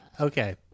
Okay